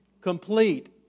Complete